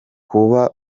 kuba